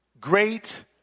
great